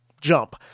jump